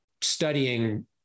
studying